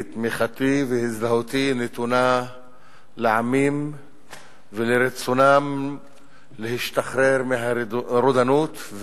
תמיכתי והזדהותי נתונים לעמים ולרצונם להשתחרר מהרודנות,